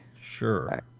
sure